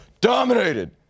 dominated